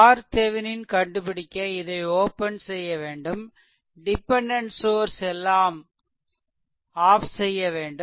RThevenin கண்டுபிடிக்க இதை open செய்ய வேண்டும் டிபெண்டென்ட் சோர்ஸ் எல்லாம் ஆஃப் செய்யவேண்டும்